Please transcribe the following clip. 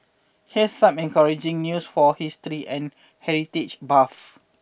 here's some encouraging news for history and heritage buffs